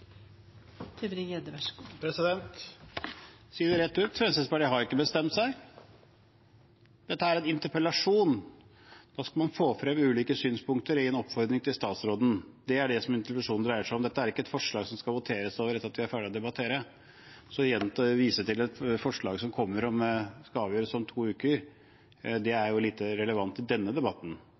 si det rett ut: Fremskrittspartiet har ikke bestemt seg. Dette er en interpellasjon. Da skal man få frem ulike synspunkter og gi en oppfordring til statsråden. Det er det interpellasjonen dreier seg om. Dette er ikke et forslag som skal voteres over etter at vi er ferdig med å debattere. Å vise til et forslag som skal avgjøres om to uker, er lite relevant i denne debatten.